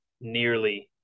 nearly